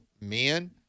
men